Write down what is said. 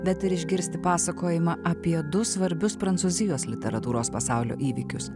bet ir išgirsti pasakojimą apie du svarbius prancūzijos literatūros pasaulio įvykius